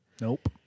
Nope